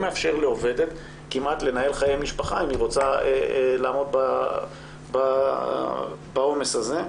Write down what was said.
מאפשר לעובדת כמעט לנהל חיי משפחה אם היא רוצה לעמוד בעומס הזה.